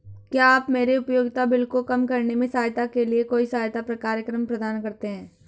क्या आप मेरे उपयोगिता बिल को कम करने में सहायता के लिए कोई सहायता कार्यक्रम प्रदान करते हैं?